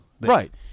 right